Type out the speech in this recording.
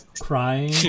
crying